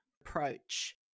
approach